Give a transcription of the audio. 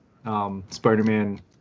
Spider-Man